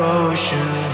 ocean